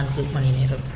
064 மணி நேரம்